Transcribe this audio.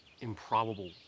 improbable